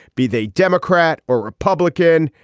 be they democrat or republican.